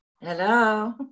Hello